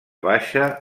baixa